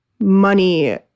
money